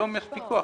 היום יש פיקוח.